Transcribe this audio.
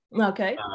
Okay